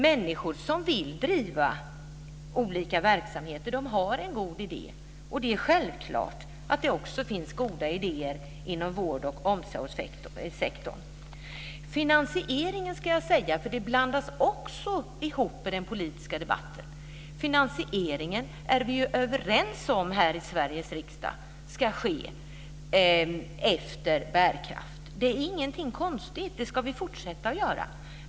Människor som vill driva olika verksamheter har goda idéer, och det är självklart att det också finns goda idéer inom vård och omsorgssektorn. Finansieringen - det blandas också ihop i den politiska debatten - är vi ju överens om här i Sveriges riksdag ska ske efter bärkraft. Det är ingenting konstigt. Det ska vi fortsätta att göra.